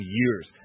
years